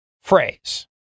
Phrase